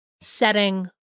setting